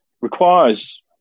requires